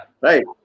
Right